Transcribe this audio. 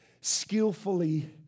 skillfully